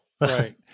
Right